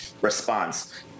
response